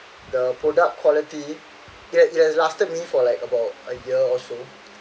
the product quality yet it has lasted me for like about a year or so